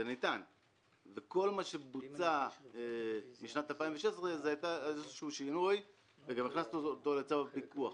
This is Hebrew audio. בכל מה שבוצע בשנת 2016 היה איזה שינוי שאותו הכנסנו לצו פיקוח.